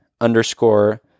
underscore